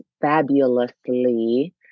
fabulously